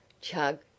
chug